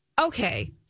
Okay